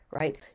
right